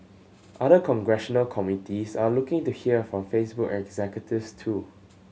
other congressional committees are looking to hear from Facebook executives too